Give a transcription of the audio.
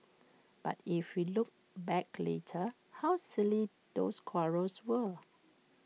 but if we look back later how silly those quarrels were